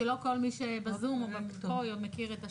כי לא כל מי שבזום או פה מכיר את השמות.